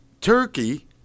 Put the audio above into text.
Turkey